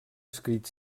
escrit